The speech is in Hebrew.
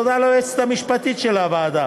תודה ליועצת המשפטית של הוועדה